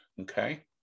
Okay